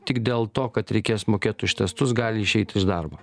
tik dėl to kad reikės mokėt už testus gali išeiti iš darbo